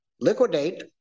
liquidate